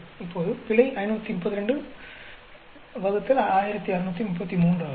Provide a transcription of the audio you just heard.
இப்போது பிழை 5321633 ஆகும்